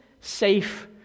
safe